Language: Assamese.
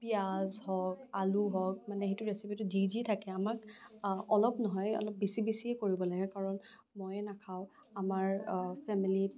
পিঁয়াজ হওক আলু হওক সেইটো ৰেচিপিটোত যি যি থাকে আমাক অলপ নহয় অলপ বেছি বেছি কৰিব লাগে কাৰণ মই নাখাওঁ আমাৰ ফেমিলিত